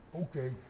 Okay